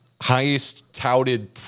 Highest-touted